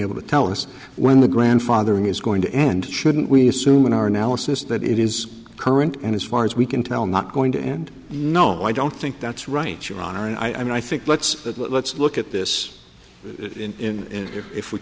able to tell us when the grandfathering is going to end shouldn't we assume in our analysis that it is current in as far as we can tell not going to end no i don't think that's right your honor and i mean i think let's let's look at this in here if we